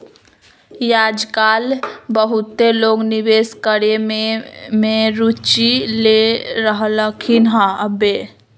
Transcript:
याजकाल बहुते लोग निवेश करेमे में रुचि ले रहलखिन्ह हबे